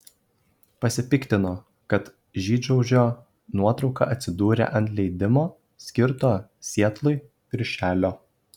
pasipiktino kad žydšaudžio nuotrauka atsidūrė ant leidimo skirto sietlui viršelio